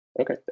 Okay